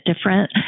different